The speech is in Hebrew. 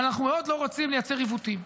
אבל אנחנו מאוד לא רוצים לייצר עיוותים.